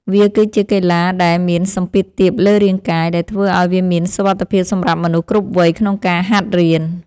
វាគឺជាកីឡាដែលមានសម្ពាធទាបលើរាងកាយ ដែលធ្វើឱ្យវាមានសុវត្ថិភាពសម្រាប់មនុស្សគ្រប់វ័យក្នុងការហាត់រៀន។